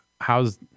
how's